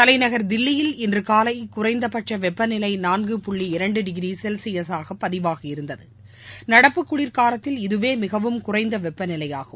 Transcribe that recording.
தலைநகர் தில்லியில் இன்று காலை குறைந்தபட்ச வெப்பநிலை நான்கு புள்ளி இரண்டு டிகிரி செல்ஸியஸாக பதிவாகி இருந்தது நடப்பு குளிர்காலத்தில் இதுவே மிகவும் குறைந்த வெப்ப நிலையாகும்